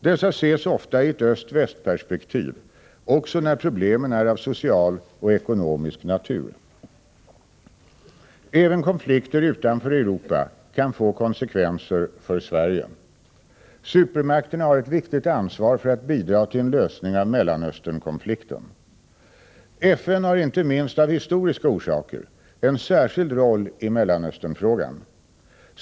Dessa ses ofta i ett öst-västperspektiv, också när problemen är av social och ekonomisk natur. Även konflikter utanför Europa kan få konsekvenser för Sverige. Supermakterna har ett viktigt ansvar för att bidra till en lösning av Mellanösternkonflikten. FN har inte minst av historiska orsaker en särskild roll i Mellanösternfrågan.